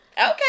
okay